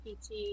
PT